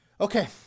Okay